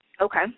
Okay